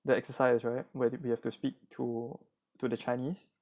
the exercise right where we have to speak to to the chinese